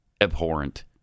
abhorrent